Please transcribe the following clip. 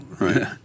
Right